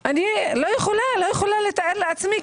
אני משלמת אלפי שקלים בחודש ומתחננת לבתי המרקחת והחוות.